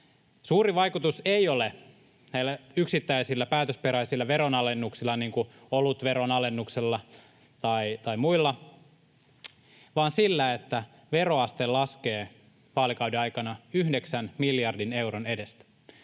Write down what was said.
Suurin vaikutus ei ole näillä yksittäisillä päätösperäisillä veronalennuksilla, niin kuin olutveron alennuksella tai muilla, vaan sillä, että veroaste laskee vaalikauden aikana yhdeksän miljardin euron edestä.